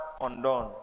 undone